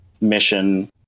mission